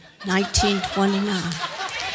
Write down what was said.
1929